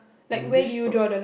then which to~